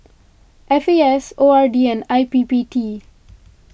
F A S O R D and I P P T